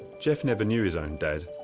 geoff never knew his own dad,